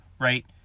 right